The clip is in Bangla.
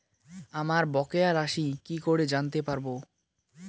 আমার বকেয়া রাশি কি করে জানতে পারবো?